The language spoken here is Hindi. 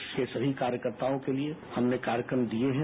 देश के सभी कार्यकर्ताओं के लिए हमने कार्यक्रम दिये हैं